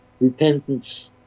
repentance